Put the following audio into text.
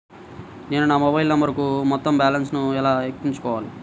నేను నా మొబైల్ నంబరుకు మొత్తం బాలన్స్ ను ఎలా ఎక్కించుకోవాలి?